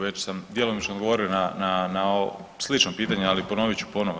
Već sam djelomično odgovorio na ovo, slično pitanje, ali ponovit ću ponovo.